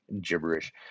gibberish